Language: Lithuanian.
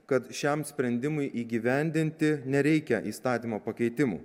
kad šiam sprendimui įgyvendinti nereikia įstatymo pakeitimų